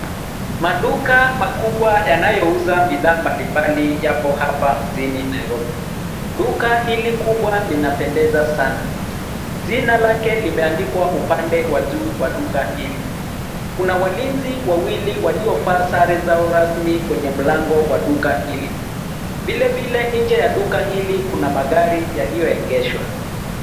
Maduka makubwa yanayouza bidhaa mbalimbali yapo hapa mjini Nairobi. Duka hili kubwa linapendeza sana. Jina lake limeandikwa upande wa juu wa duka hili. Kuna walinzi wawili waliovaa sare zao rasmi kwenye mlango wa duka hili. Vilevile nje ya duka hili kuna magari yaliyoegeshwa.